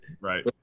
Right